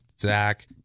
Zach